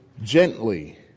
gently